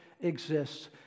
exists